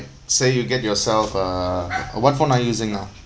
say you get yourself uh uh what phone are you using now